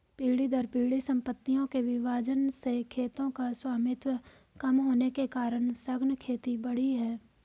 पीढ़ी दर पीढ़ी सम्पत्तियों के विभाजन से खेतों का स्वामित्व कम होने के कारण सघन खेती बढ़ी है